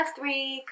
three